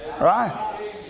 Right